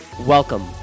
Welcome